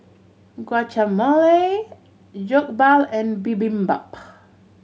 Guacamole Jokbal and Bibimbap